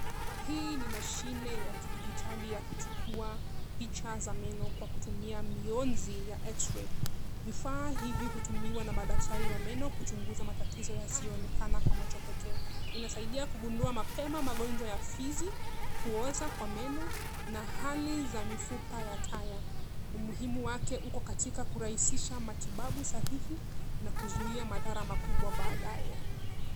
Hii ni mashine ya kidijitali ya kuchukua picha za meno kwa kutumia mionzi ya cs[x-ray]cs. Vifaa hivi hutumiwa na madaktari wa meno kuchunguza matatizo yasiyoonekana kwa machpo pekee. Inasaidia kugundua mapema magonjwa ya fizi kuoza kwa meno na hali ya mifupa ya taya. Umuhimu wake uko katika kurahisisha matibabu sahihi na kuzui madhara makubwa baadaye.